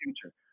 future